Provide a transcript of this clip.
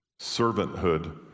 servanthood